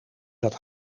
zat